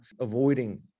avoiding